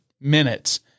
minutes